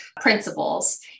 principles